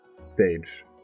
stage